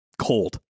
Cold